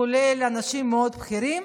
כולל אנשים מאוד בכירים,